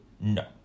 no